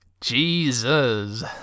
Jesus